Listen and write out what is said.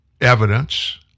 evidence